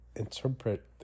Interpret